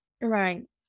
Right